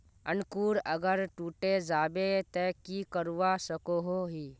अंकूर अगर टूटे जाबे ते की करवा सकोहो ही?